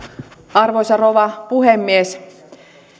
arvoisa rouva puhemies